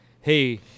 hey